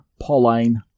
Pauline